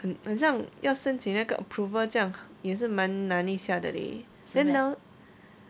很很像要申请那个 approval 这样也是蛮难一下的 leh then 能